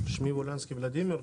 שמי ווליאנסקי ולדימיר,